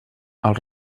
els